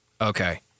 Okay